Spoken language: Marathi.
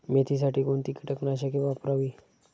मेथीसाठी कोणती कीटकनाशके वापरावी?